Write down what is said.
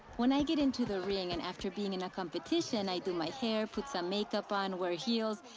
when i get into the ring and after being in a competition, i do my hair, put some makeup on, wear heels,